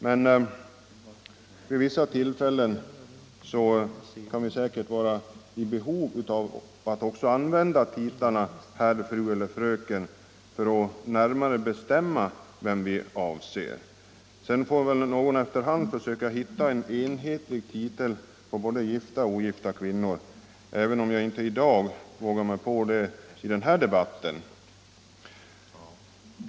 Men vid vissa tillfällen kan vi säkert ha behov av att också använda titlarna herr, fru och fröken för att närmare bestämma vem vi avser. Sedan får väl någon efter hand försöka hitta en enhetlig titel för både gifta och ogifta kvinnor, även om jag inte vågar mig på det i dag i den här debatten.